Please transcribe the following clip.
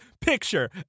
Picture